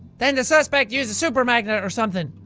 then the suspect used a super magnet or something,